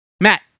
Matt